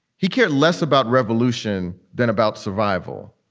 he cared less about revolution than about survival.